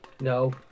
no